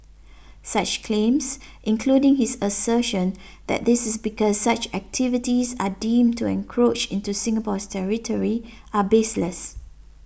such claims including his assertion that this is because such activities are deemed to encroach into Singapore's territory are baseless